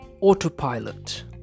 Autopilot